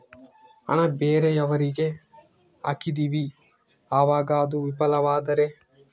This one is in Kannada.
ಹಣ ಬೇರೆಯವರಿಗೆ ಹಾಕಿದಿವಿ ಅವಾಗ ಅದು ವಿಫಲವಾದರೆ?